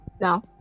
No